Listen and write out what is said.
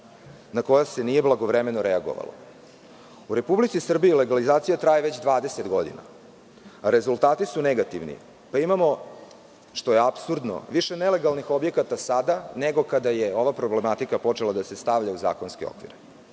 na koje se nije blagovremeno reagovalo.U Republici Srbiji legalizacija traje već 20 godina, rezultati su negativni. Imamo što je apsurdno više nelegalnih objekata sada nego kada je ova problematika počela da se stavlja u zakonske okvire.